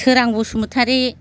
Sorang Basumatary